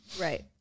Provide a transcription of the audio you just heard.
Right